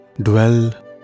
dwell